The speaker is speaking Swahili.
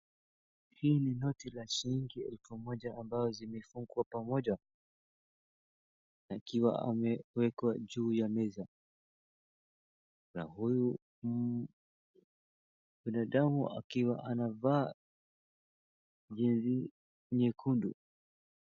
Hii ni noti la shilingi elfu moja ambao zimefungwa pamoja yakiwa amewekwa juu ya meza. Na huyu binadamu akiwa anava jezi nyekundu.